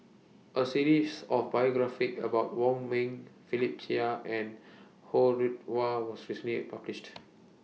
A series of biographies about Wong Ming Philip Chia and Ho Rih Hwa was recently published